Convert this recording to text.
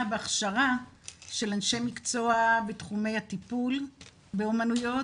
והכשרה של אנשי מקצוע בתחומי הטיפול באומנויות,